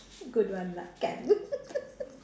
good one lah can